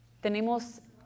tenemos